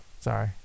sorry